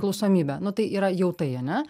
klausomybę nu tai yra jau tai ane